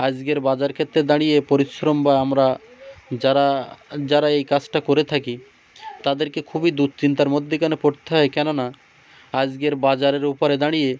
আজকের বাজার ক্ষেত্রে দাঁড়িয়ে পরিশ্রম বা আমরা যারা যারা এই কাজটা করে থাকি তাদেরকে খুবই দুূশ্চিন্তার মধ্যিখানে পড়তে হয় কেননা আজকের বাজারের উপরে দাঁড়িয়ে